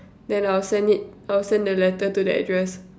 then I'll send it I'll send the letter to the address